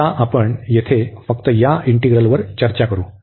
आता आपण येथे फक्त या इंटीग्रल वर चर्चा करू